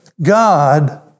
God